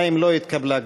2 לא התקבלה.